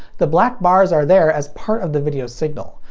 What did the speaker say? the black bars are there as part of the video signal,